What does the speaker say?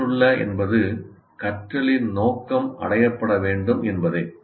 பயனுள்ள என்பது கற்றலின் நோக்கம் அடையப்பட வேண்டும் என்பதே